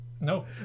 no